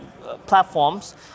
platforms